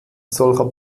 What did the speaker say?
solcher